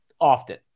often